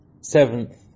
seventh